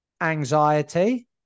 anxiety